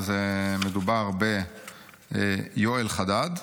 אז מדובר ביואל חדד,